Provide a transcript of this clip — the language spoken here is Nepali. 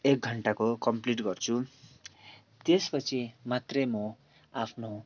एक घन्टाको कम्प्लिट गर्छु त्यस पछि मात्रै म आफ्नो